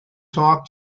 talk